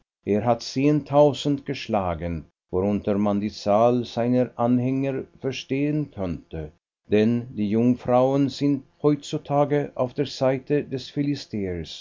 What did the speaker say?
er hat zehntausend geschlagen worunter man die zahl seiner anhänger verstehen könnte denn die jungfrauen sind heutzutage auf der seite des